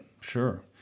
sure